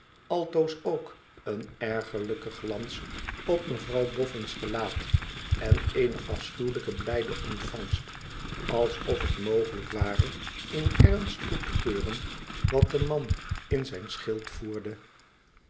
altoos ook een ergerlijke glans op mevrouw boffin's gelaat en eene afschuwelijke blijde ontvangst alsof het mogelijk ware in ernst goed te keuren wat de man in zijn schild voerde